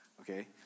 okay